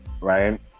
right